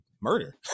murder